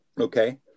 Okay